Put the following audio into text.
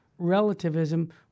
relativism